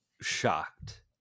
shocked